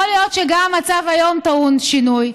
יכול להיות שגם המצב היום טעון שינוי,